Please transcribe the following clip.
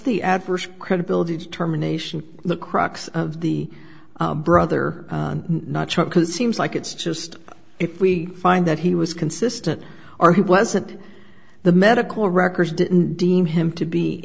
the adverse credibility determination the crux of the brother not true because it seems like it's just if we find that he was consistent are he wasn't the medical records didn't deem him to be